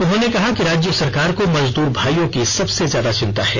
उन्होंने कहा कि राज्य सरकार को मजदूर भाइयों की सबसे ज्यादा चिंता है